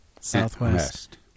southwest